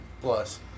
Plus